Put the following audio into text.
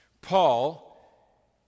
Paul